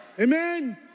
Amen